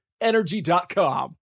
energy.com